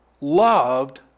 loved